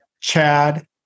Chad